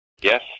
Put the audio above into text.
Yes